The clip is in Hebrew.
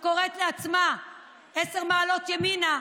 שקוראת לעצמה "עשר מעלות ימינה",